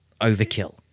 overkill